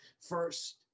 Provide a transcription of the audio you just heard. first